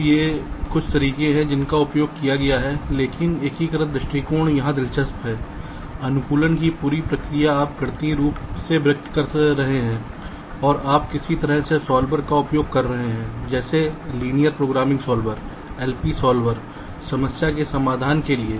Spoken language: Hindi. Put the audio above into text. तो ये कुछ तरीके हैं जिनका उपयोग किया गया है लेकिन एकीकृत दृष्टिकोण यहां दिलचस्प है अनुकूलन की पूरी प्रक्रिया आप गणितीय रूप से व्यक्त कर रहे हैं और आप किसी तरह के सॉल्वर का उपयोग कर रहे हैं जैसे linear programming solver LP solver समस्या के समाधान के लिए